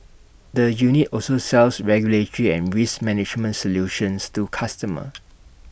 the unit also sells regulatory and risk management solutions to customers